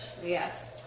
Yes